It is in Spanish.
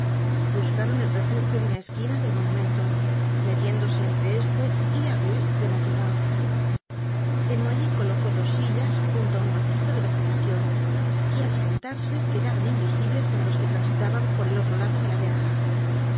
buscaron el refugio de una esquina del monumento metiéndose entre éste y la rué des mathurins desnoyers colocó dos sillas junto á un macizo de regetación y al sentarse quedaron invisibles para los que transitaban por el otro lado de la verja pero